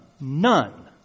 none